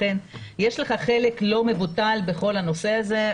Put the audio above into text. לכן יש לך חלק לא מבוטל בכל הנושא הזה,